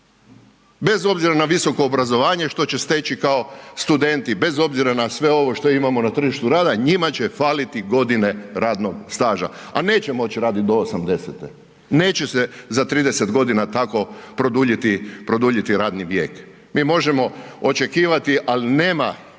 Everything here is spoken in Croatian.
Bez obzora na visoko obrazovanje što će steći kao studenti, bez obzira na sve ovo što imamo na tržištu rada, njima će faliti godine radnog staža a neće moći raditi do 80-te, neće se za 30 g. tako produljiti radni vijek. Mi možemo očekivati ali nema